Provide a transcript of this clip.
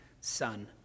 son